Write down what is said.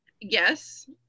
Yes